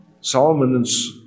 Solomon's